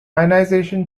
ionization